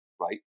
right